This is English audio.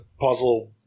Puzzle